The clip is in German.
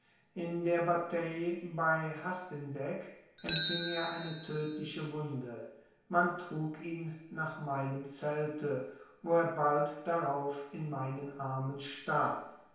in der bataille bei hastinbeck empfing er eine tödliche wunde man trug ihn nach meinem zelte wo er bald darauf in meinen armen starb